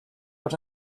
but